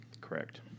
Correct